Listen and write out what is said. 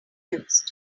used